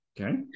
Okay